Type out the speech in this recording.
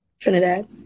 Trinidad